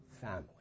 family